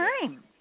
time